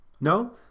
No